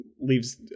leaves